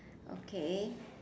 okay